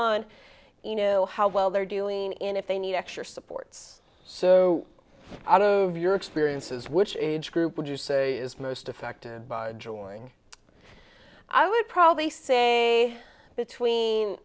on you know how well they're doing and if they need extra supports so of your experiences which age group would you say is most affected by drawing i would probably say between